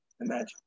Imagine